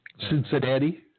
Cincinnati